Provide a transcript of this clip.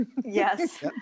Yes